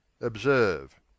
Observe